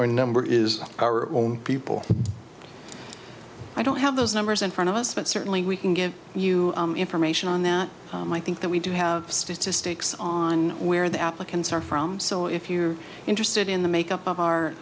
our number is our own people i don't have those numbers in front of us but certainly we can give you information on that and i think that we do have statistics on where the applicants are from so if you are interested in the makeup of our